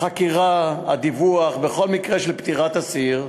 החקירה, הדיווח, בכל מקרה של פטירת אסיר,